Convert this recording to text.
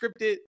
scripted